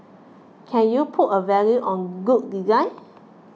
can you put a value on good design